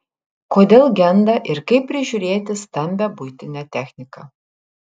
kodėl genda ir kaip prižiūrėti stambią buitinę techniką